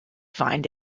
find